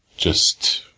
just